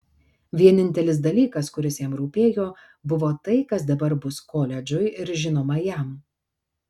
vienintelis dalykas kuris jam rūpėjo buvo tai kas dabar bus koledžui ir žinoma jam